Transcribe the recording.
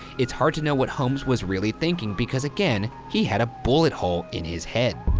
it's hard to know what holmes was really thinking because again, he had a bullet hole in his head.